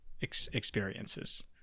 experiences